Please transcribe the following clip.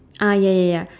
ah ya ya ya